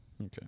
Okay